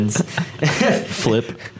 Flip